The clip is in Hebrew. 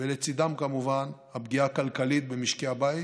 ולצידם, כמובן, הפגיעה הכלכלית במשקי הבית